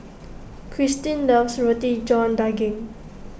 Kirstin loves Roti John Daging